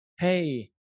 Hey